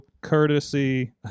courtesy